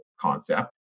concept